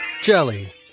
Jelly